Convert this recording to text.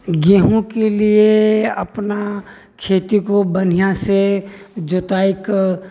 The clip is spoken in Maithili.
गेहूँके लिए अपना खेती को बढ़िआँ से जोताइ कऽ